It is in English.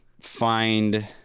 find